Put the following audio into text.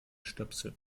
stöpsel